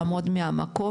לא לעמוד במקום,